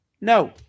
No